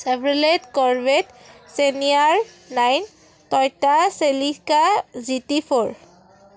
Chevrolet Corvette senior nine Toyota Celica G T four